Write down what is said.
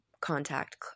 contact